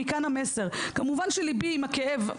כמובן שליבי עם הכאב,